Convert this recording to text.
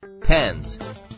Pens